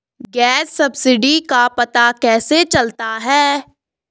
Gas subsidy का पता कैसे चलता है?